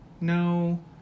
No